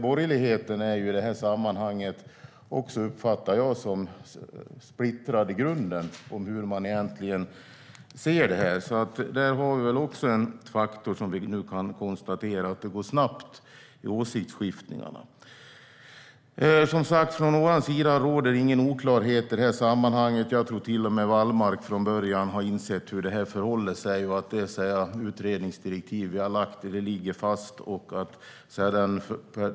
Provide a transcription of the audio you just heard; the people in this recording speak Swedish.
Borgerligheten är - så uppfattar jag det - i grunden splittrad beträffande hur man ska se på detta. Vi kan konstatera att åsiktsskiftningarna även i det sammanhanget är snabba. Från vår sida råder, som sagt, ingen oklarhet i den här frågan. Jag tror att Wallmark från början insett hur det förhåller sig och att de utredningsdirektiv vi lagt fram ligger fast.